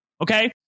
Okay